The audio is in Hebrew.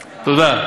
עשינו צדק חלוקתי.